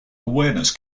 awareness